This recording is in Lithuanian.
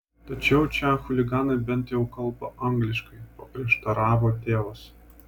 tačiau čia chuliganai bent jau kalba angliškai paprieštaravo tėvas